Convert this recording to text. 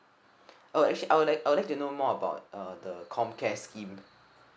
uh actually I would like I would like to know more about uh the comm care scheme